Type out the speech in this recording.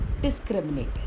discriminate